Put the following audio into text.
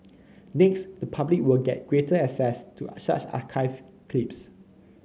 next the public will get greater access to archived clips